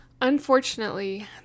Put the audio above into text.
Unfortunately